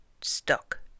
stuck